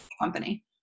company